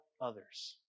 others